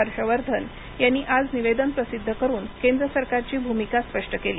हर्ष वर्धन यांनी आज निवेदन प्रसिद्ध करून केंद्र सरकारची भूमिका स्पष्ट केली